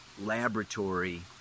laboratory